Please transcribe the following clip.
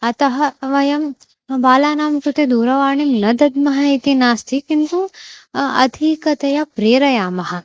अतः वयं बालानां कृते दूरवाणीं न दद्मः इति नास्ति किन्तु अधिकतया प्रेरयामः